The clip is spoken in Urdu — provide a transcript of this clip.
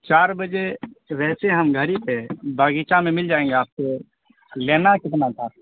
چار بجے ویسے ہم گھر ہی پہ باغیچہ میں مل جائیں گے آپ کو لینا کتنا تھا